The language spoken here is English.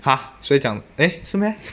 !huh! 谁讲 eh 是 meh